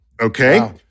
okay